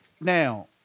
Now